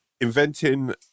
Inventing